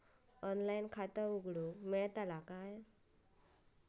Online खाता उघडूक मेलतला काय?